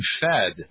fed